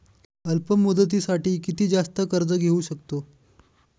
अल्प मुदतीसाठी किती जास्त कर्ज घेऊ शकतो?